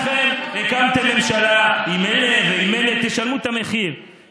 שאותם חברי אופוזיציה הצביעו בעדו אך כמה שבועות לפני כן בישיבת הממשלה,